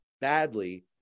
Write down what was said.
badly